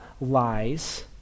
lies